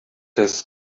his